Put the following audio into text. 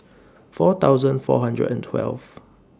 four thousand four hundred and twelve